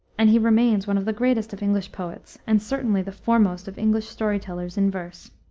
and he remains one of the greatest of english poets, and certainly the foremost of english story-tellers in verse.